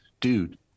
dude